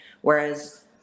Whereas